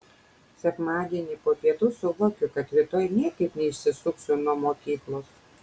sekmadienį po pietų suvokiu kad rytoj niekaip neišsisuksiu nuo mokyklos